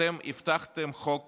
אתם הבטחתם חוק